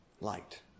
light